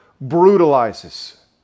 brutalizes